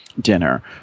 dinner